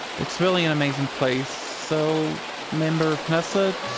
it's really an amazing place. so member of knesset?